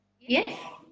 Yes